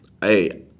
hey